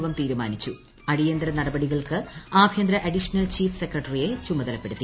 യോഗം തീരുമാനിച്ചു അടിയന്തിര നടപടികൾക്ക് ആഭ്യന്തര അഡീഷണൽ ചീഫ് സെക്രട്ടറിയെ ചുമതലപ്പെടുത്തി